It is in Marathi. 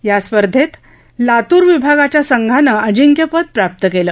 या स्पर्धेत लातूर विभागाच्या संघानं अजिंक्यपद प्राप्त केलं